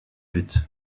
but